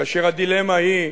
כאשר הדילמה היא הרגילה,